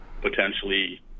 potentially